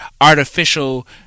artificial